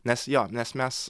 nes jo nes mes